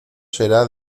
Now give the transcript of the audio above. será